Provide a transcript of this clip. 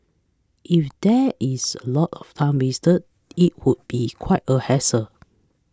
if there is a lot of time wasted it would be quite a hassle